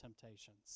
temptations